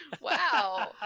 Wow